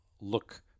look